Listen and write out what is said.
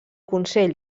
consell